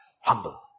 humble